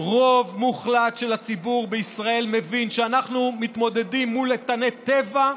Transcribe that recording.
רוב מוחלט של הציבור בישראל מבין שאנחנו מתמודדים מול איתני טבע,